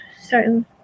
certain